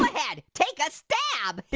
um ahead, take a stab.